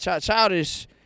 Childish